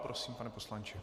Prosím, pane poslanče.